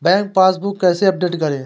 Bank passbook कैसे update करें?